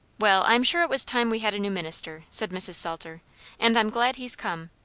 well, i'm sure it was time we had a new minister, said mrs salter and i'm glad he's come.